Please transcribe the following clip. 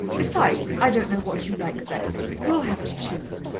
besides, i don't know what you like best you'll have to choose.